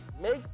make